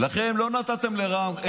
לכן, לא נתתם לרע"מ,